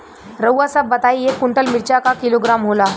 रउआ सभ बताई एक कुन्टल मिर्चा क किलोग्राम होला?